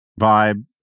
vibe